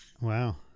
Wow